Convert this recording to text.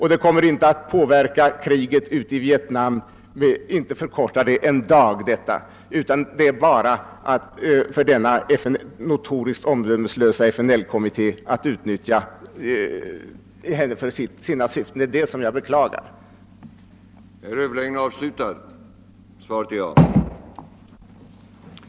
Det kommer inte att förkorta kriget i Vietnam med en enda dag utan är bara ett sätt för den notoriskt omdömeslösa FNL-kommittén att begagna henne för sina syften. Det är det som jag beklagar. manträde gjorda, men då bordlagda anhållan att få framställa interpellation till herr statsrådet och chefen för jordbruksdepartementet angående distriktsveterinärorganisationen. verkspropositionen behandlade för flera huvudtitlar gemensamma frågor,